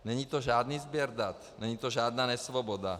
Není to žádný sběr dat, není to žádná nesvoboda.